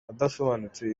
adasobanutse